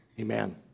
amen